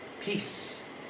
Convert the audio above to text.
Peace